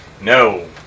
No